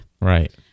Right